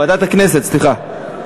ועדת הכנסת, סליחה.